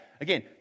Again